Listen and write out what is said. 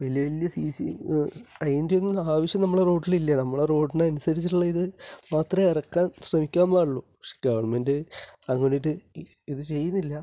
വലിയ വലിയ C C അതിന്റെ ഒന്നും ആവശ്യം നമ്മളെ റോഡിൽ ഇല്ലാ നമ്മളെ റോഡിനു അനുസരിച്ചിട്ടുള്ള ഇത് മാത്രമേ ഇറക്കാന് ശ്രമിക്കാന് പാടുള്ളൂ പക്ഷെ ഗവണ്മെൻ്റ് അങ്ങനെ ഒരു ഇത് ചെയ്യുന്നില്ല